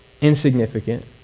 Insignificant